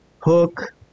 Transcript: Hook